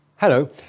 Hello